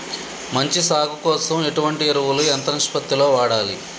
మంచి సాగు కోసం ఎటువంటి ఎరువులు ఎంత నిష్పత్తి లో వాడాలి?